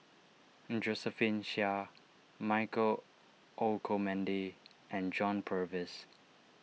Josephine Chia Michael Olcomendy and John Purvis